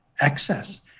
excess